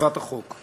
אכיפת החוק.